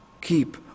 keep